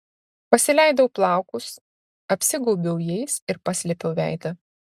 pasileidau plaukus apsigaubiau jais ir paslėpiau veidą